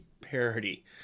parody